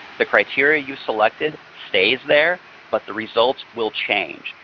the criteria you selected stays there but the results will change.